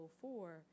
four